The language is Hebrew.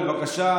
בבקשה.